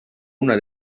una